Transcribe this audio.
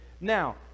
Now